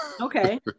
okay